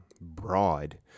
broad